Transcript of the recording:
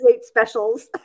specials